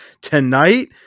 tonight